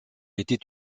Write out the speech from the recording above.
était